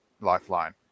lifeline